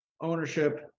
ownership